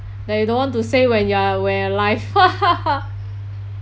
that you don't want to say when you are when you're alive